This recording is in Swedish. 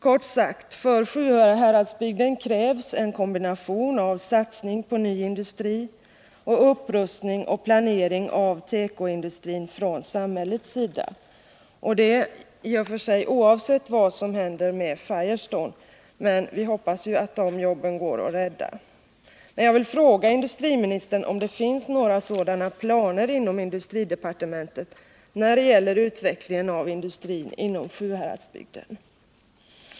Kort sagt: För Sjuhäradsbygden krävs en kombination av satsning på ny industri och upprustning och planering av tekoindustrin från samhällets sida — detta oavsett vad som händer med Firestone; vi hoppas ju att de jobben går att rädda. Jag vill fråga industriministern om det finns några sådana planer inom industridepartementet när det gäller utvecklingen av industrin inom Sjuhäradsbygden.